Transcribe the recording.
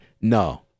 no